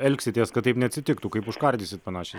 elgsitės kad taip neatsitiktų kaip užkardysit panašią